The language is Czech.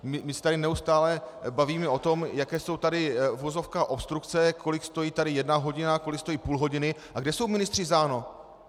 My se tady neustále bavíme o tom, jaké jsou tady v uvozovkách obstrukce, kolik stojí jedna hodina, kolik stojí půl hodiny a kde jsou ministři za ANO?